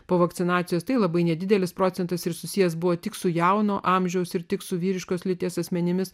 po vakcinacijos tai labai nedidelis procentas ir susijęs buvo tik su jauno amžiaus ir tik su vyriškos lyties asmenimis